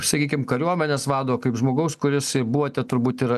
sakykim kariuomenės vado kaip žmogaus kuris buvote turbūt ir